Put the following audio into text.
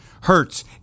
hurts